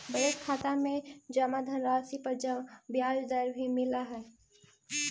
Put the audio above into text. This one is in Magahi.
बजट खाता में जमा धनराशि पर ब्याज दर भी मिलऽ हइ